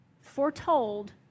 foretold